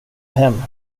hem